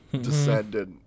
descendant